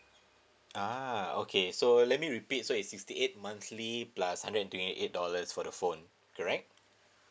ah okay so let me repeat so it's sixty eight monthly plus hundred and twenty eight dollars for the phone correct